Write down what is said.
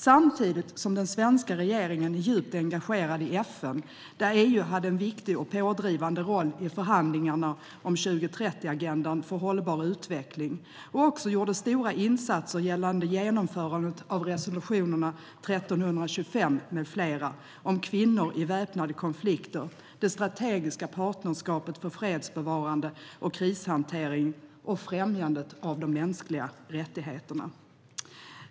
Samtidigt är den svenska regeringen djupt engagerad i FN där EU hade en viktig och pådrivande roll i förhandlingarna om 2030-agendan för hållbar utveckling och också gjorde stora insatser gällande genomförandet av resolutionerna 1325 med flera om kvinnor i väpnade konflikter, det strategiska partnerskapet för fredsbevarande och krishantering samt främjandet av de mänskliga rättigheterna.